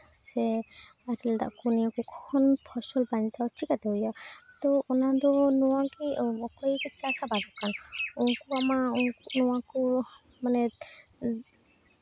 ᱥᱮ ᱟᱨᱮᱞ ᱫᱟᱜ ᱠᱚ ᱱᱤᱭᱟᱹ ᱠᱚ ᱠᱷᱚᱱ ᱯᱷᱚᱥᱚᱞ ᱵᱟᱧᱪᱟᱣ ᱪᱤᱠᱟᱛᱮ ᱦᱩᱭᱩᱜᱼᱟ ᱛᱚ ᱚᱱᱟᱫᱚ ᱱᱚᱣᱟᱜᱮ ᱚᱠᱚᱭ ᱠᱚ ᱪᱟᱥ ᱟᱵᱟᱫ ᱠᱱ ᱩᱱᱠᱩᱣᱟᱜ ᱢᱟ ᱱᱚᱣᱟ ᱠᱚ ᱢᱟᱱᱮ